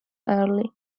early